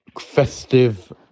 festive